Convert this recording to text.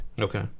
Okay